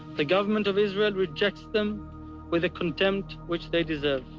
the government of israel rejects them with the contempt which they deserve.